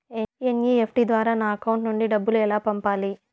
NEFT ద్వారా నా account నుండి డబ్బులు ఎలా పంపాలి